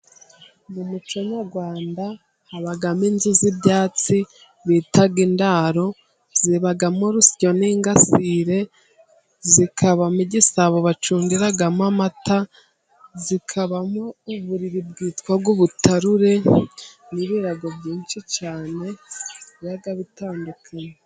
Mu muco nyarwanda habamo inzu z'ibyatsi bita indaro, zibamo urusyo n'ingasire, zikabamo igisabo bacundiramo amata, zikabamo uburiri bwitwa ubutarure n'ibirago byinshi cyane biba bitandukanye.